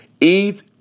Eat